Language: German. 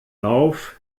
lauf